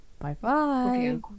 Bye-bye